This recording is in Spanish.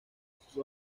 sus